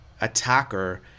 attacker